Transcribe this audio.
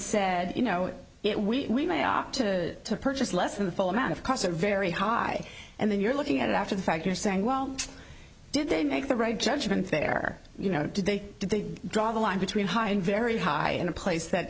said you know it we may opt to purchase less from the full amount of costs are very high and then you're looking at it after the fact you're saying well did they make the right judgment fair you know did they did they draw the line between high and very high in a place that